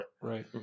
Right